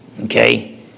Okay